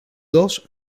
dos